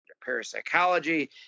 parapsychology